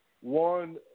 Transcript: one